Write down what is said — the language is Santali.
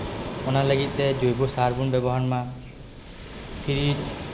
ᱚᱱᱟ ᱞᱟᱹᱜᱤᱫ ᱛᱮ ᱡᱚᱭᱵᱚᱥᱟᱨ ᱵᱚᱱ ᱵᱮᱵᱚᱦᱟᱨ ᱢᱟ ᱯᱷᱨᱤᱡ